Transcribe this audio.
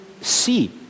see